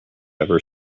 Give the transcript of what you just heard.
ever